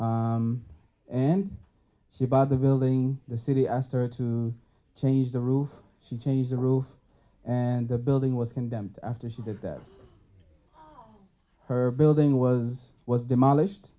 and she bought the building the city asked her to change the roof she changed the roof and the building was condemned after she did that her building was was demolished